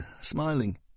smiling